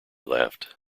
laughed